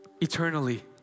eternally